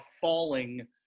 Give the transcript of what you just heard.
falling